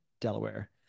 Delaware